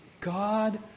God